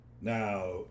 now